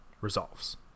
resolves